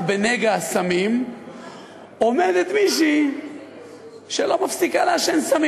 בנגע הסמים עומדת מישהי שלא מפסיקה לעשן סמים?